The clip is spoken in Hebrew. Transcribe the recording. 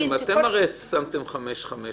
אתם הרי שמתם חמש חמש.